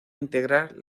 integrar